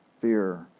fear